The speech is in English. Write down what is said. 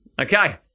okay